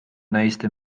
naiste